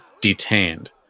detained